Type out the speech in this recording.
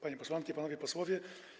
Panie Posłanki, Panowie Posłowie!